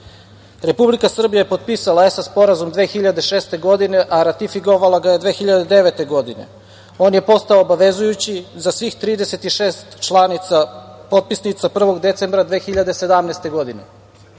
Republike Srbije je potpisala ESAA sporazum 2006. godine a ratifikovala ga 2009. godine. On je postao obavezujući za svih 36 članica potpisnica 1. decembra 2017. godine. Osnovni